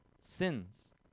sins